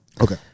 Okay